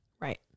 Right